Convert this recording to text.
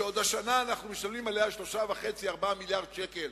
שעדיין השנה אנחנו משלמים עליה 3.5 4 מיליארדי שקל